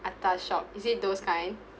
atas shop is it those kind